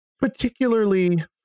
particularly